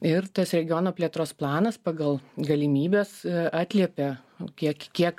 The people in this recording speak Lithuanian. ir tas regiono plėtros planas pagal galimybes atliepia kiek kiek